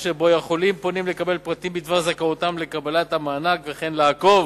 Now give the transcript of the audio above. אשר בו יכולים פונים לקבל פרטים בדבר זכאותם לקבלת המענק וכן לעקוב